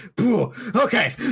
Okay